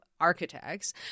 architects